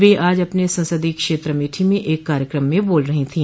वह आज अपने संसदीय क्षेत्र अमेठी में एक कार्यकम में बोल रही थी